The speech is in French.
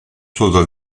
chose